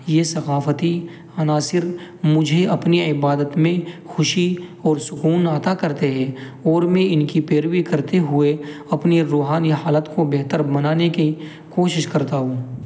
یہ ثقافتی عناصر مجھے اپنی عبادت میں خوشی اور سکون عطا کرتے ہے اور میں ان کی پیروی کرتے ہوئے اپنی روحانی حالت کو بہتر بنانے کے کوشش کرتا ہوں